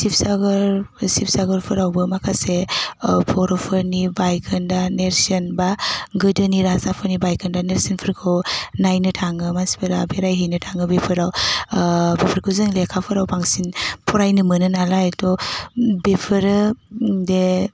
शिबसागर बे शिबसागरफोरावबो माखासे बर'फोरनि बायखोन्दा नेर्सोन बा गोदोनि राजाफोरनि बायखोन्दा नेर्सोनफोरखौ नायनो थाङो मानसिफोरा बेरायहैनो थाङो बेफोराव बेफोरखौ जों लेखाफोराव बांसिन फरायनो मोनो नालाय एथ' बेफोरो दे